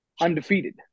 undefeated